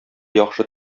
яхшы